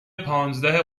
پانزده